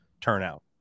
turnout